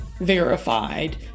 verified